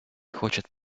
хочет